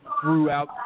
throughout